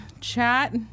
chat